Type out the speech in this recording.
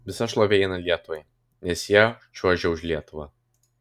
visa šlovė eina lietuvai nes jie čiuožia už lietuvą